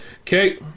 Okay